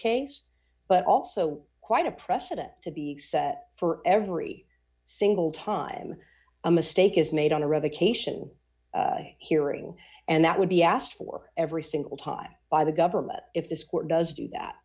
case but also quite a precedent to be set for every single time a mistake is made on a revocation hearing and that would be asked for every single tie by the government if this court does do that